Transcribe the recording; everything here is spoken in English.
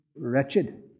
wretched